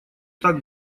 так